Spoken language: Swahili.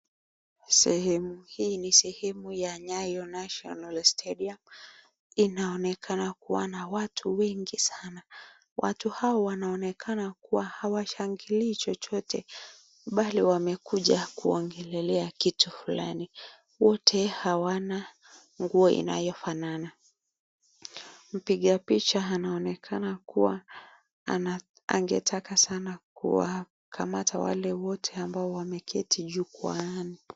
Sehemu hii ni sehemu ya Nyayo [National Stadium]. Inaonekana kua na watu wengi sanaa. Watu hawa inaonekana kua hawashangilii chochote, bali wamekuja kuongelelea kitu fulani. Wote hawana nguo inayofanana Mpiga picha anaonekana kua angetaka sanaa kuwakamata wale wote wameketi juu kwa hamu.